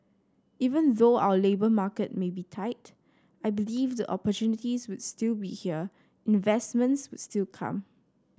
even though our labour market may be tight I believe the opportunities would still be here investments will still come